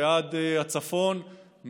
ועד הצפון,